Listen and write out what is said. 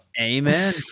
amen